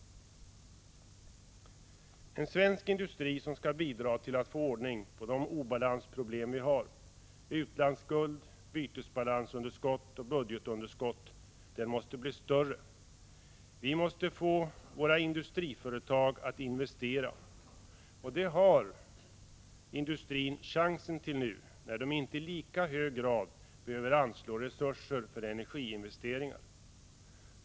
En svensk industri som skall bidra till att få ordning på de obalansproblem vi har — utlandsskuld, bytesbalansunderskott och budgetunderskott — måste bli större. Vi måste få våra industriföretag att investera. Det har industrin chansen till nu, när den inte i lika hög grad behöver anslå resurser för energiinvesteringar.